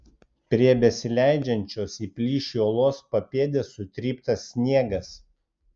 prie besileidžiančios į plyšį uolos papėdės sutryptas sniegas